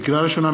לקריאה ראשונה,